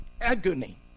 agony